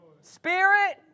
Spirit